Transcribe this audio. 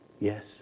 yes